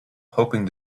hoping